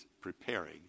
preparing